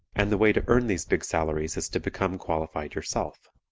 and the way to earn these big salaries is to become qualified yourself.